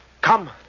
Come